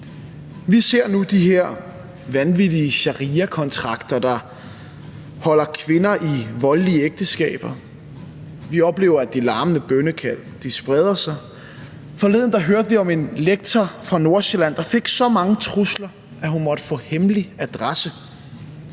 Vi ser nu de her vanvittige shariakontrakter, der holder kvinder i voldelige ægteskaber. Vi oplever, at de her larmende bønnekald spreder sig. Forleden hørte vi om en lektor fra Nordsjælland, der fik så mange trusler, at hun måtte få hemmelig adresse.